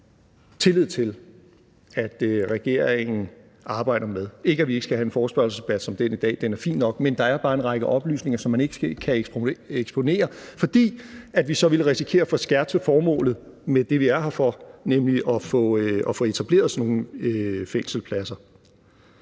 tillid til at regeringen arbejder med. Det betyder ikke, at vi ikke skal have en forespørgselsdebat, som den i dag. Den er fint nok. Men der er bare en række oplysninger, som man ikke kan eksponere, fordi vi så ville risikere at forskertse formålet med det, nemlig at få etableret sådan nogle fængselspladser.